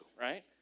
right